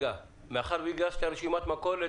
מאחר שהגשת רשימת מכולת,